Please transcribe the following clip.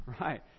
right